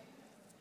יוסף,